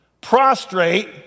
prostrate